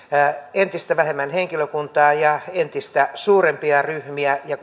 entistä vähemmän henkilökuntaa ja entistä suurempia ryhmiä ja